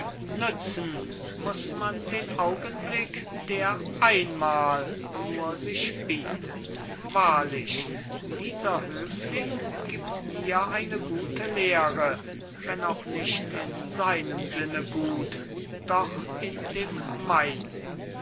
nützen muß man den augenblick der einmal nur sich bietet wahrlich dieser höfling gibt mir eine gute lehre wenn auch nicht in seinem sinne gut doch in dem meinen